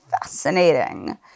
fascinating